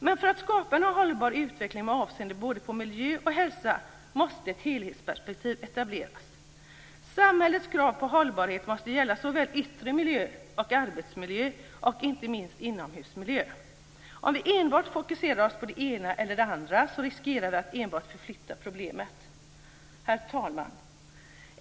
Men för att skapa en hållbar utveckling med avseende på både miljö och hälsa måste ett helhetsperspektiv etableras. Samhällets krav på hållbarhet måste gälla såväl yttre som arbetsmiljö och inte minst inomhusmiljö. Om vi enbart fokuserar oss på det ena eller andra riskerar vi att enbart förflytta problemen. Herr talman!